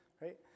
Right